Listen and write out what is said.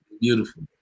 beautiful